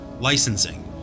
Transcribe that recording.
licensing